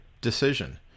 decision